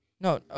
No